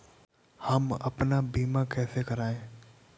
हम अपना बीमा कैसे कराए?